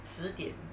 十点